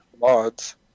mods